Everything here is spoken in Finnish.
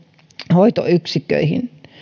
hoitoyksikköihin